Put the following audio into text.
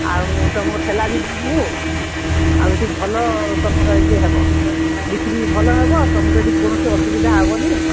ଆଉ ତୁମକୁ ଠେଲା ବି ଦେଇଦେବୁ ଆଉ ଏଠି ଭଲ ତୁମର ଇଏ ହେବ ବିକ୍ରି ଭଲ ହେବ ତୁମକୁ ଏଠି କୌଣସି ଅସୁବିଧା ହେବନି